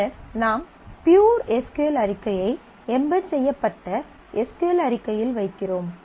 பின்னர் நாம் pure S Q L அறிக்கையை எம்பெட் செய்யப்பட்ட எஸ் க்யூ எல் அறிக்கையில் வைக்கிறோம்